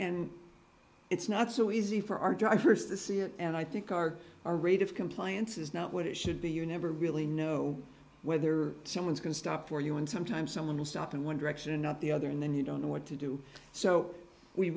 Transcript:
and it's not so easy for our drive first to see it and i think our our rate of compliance is not what it should be you never really know whether someone's going to stop for you and sometimes someone will stop in one direction not the other and then you don't know what to do so we